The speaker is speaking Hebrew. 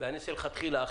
ואני אעשה לך --- אכיפה.